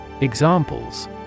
Examples